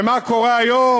ומה קורה היום,